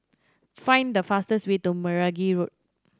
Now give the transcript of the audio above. find the fastest way to Meragi Road